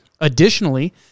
Additionally